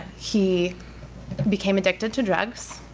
he became addicted to drugs,